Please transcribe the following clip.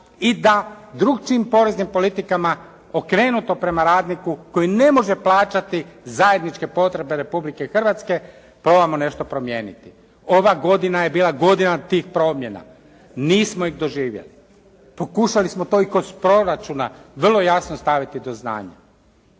i da drukčijim poreznim politikama okrenuto prema radniku koji ne može plaćati zajedničke potrebe Republike Hrvatske, probajmo nešto promijeniti. Ova godina je bila godina tih promjena. Nismo ih doživjeli. Pokušali smo to i kod proračuna vrlo jasno staviti do znanja.